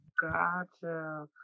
Gotcha